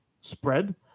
spread